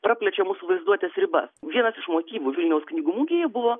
praplečia mūsų vaizduotės ribas vienas iš motyvų vilniaus knygų mugėje buvo